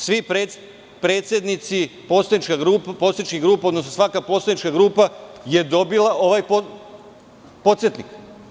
Svi predsednici poslaničkih grupa, odnosno svaka poslanička grupa je dobila ovaj podsetnik.